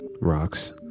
Rocks